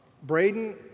Braden